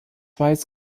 weiß